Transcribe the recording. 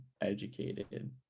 educated